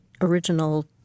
original